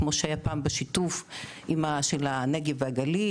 כמו שהיה פעם בשיתוף של הנגב והגליל,